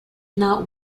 not